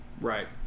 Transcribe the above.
Right